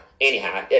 anyhow